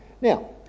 Now